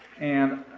and